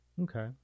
okay